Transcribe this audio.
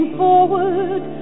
forward